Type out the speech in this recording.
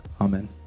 Amen